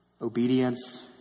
obedience